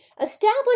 Establish